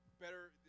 better